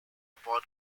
upon